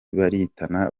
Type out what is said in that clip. baritana